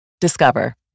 Discover